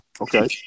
Okay